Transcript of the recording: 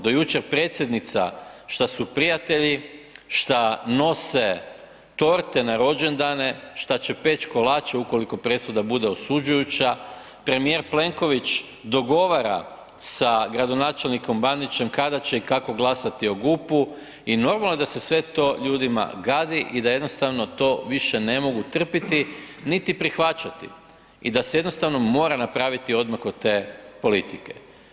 Do jučer predsjednica šta su prijatelji, šta nose torte na rođendane, šta će peć kolače ukoliko presuda bude osuđujuća, premijer Plenković dogovora sa gradonačelnikom Bandićem kada će i kako glasati o GUP-u i normalno da se sve to ljudima gadi i da jednostavno to više ne mogu trpiti niti prihvaćati i da se jednostavno mora napraviti odmak od te politike.